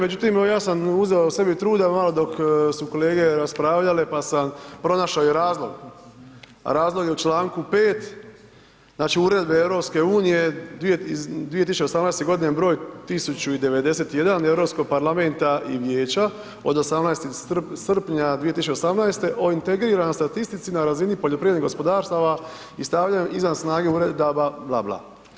Međutim, evo ja sam uzeo sebi truda malo dok su kolege raspravljale pa sam pronašao i razlog, a razlog je u članku 5. znači Uredbe EU iz 2018. godine, broj 1091 Europskog parlamenta i Vijeća od 18. srpnja 2018. o integriranoj statistici na razini poljoprivrednih gospodarstava i stavljanju izvan snage uredaba bla bla.